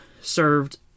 served